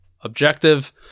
objective